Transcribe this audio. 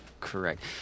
correct